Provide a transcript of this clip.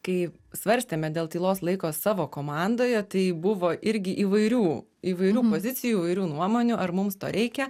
kai svarstėme dėl tylos laiko savo komandoje tai buvo irgi įvairių įvairių pozicijų įvairių nuomonių ar mums to reikia